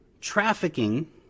trafficking